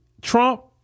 Trump